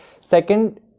second